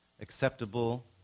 acceptable